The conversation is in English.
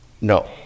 No